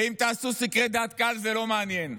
ואם תעשו סקרי דעת קהל, זה לא מעניין.